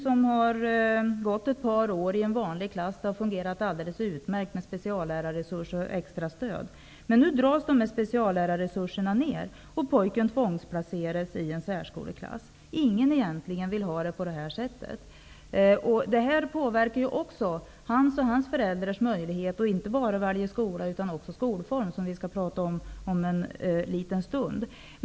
Han har gått ett par år i en vanlig klass, och det har fungerat utmärkt med speciallärarresurser och extra stöd. Nu drar man ned på speciallärarresurser, och pojken tvångsplaceras i en särskoleklass. Ingen vill egentligen ha det på det här sättet. Det här påverkar också pojkens och hans föräldrars möjlighet att inte bara välja skola utan även skolform, vilket vi skall ta upp om en liten stund.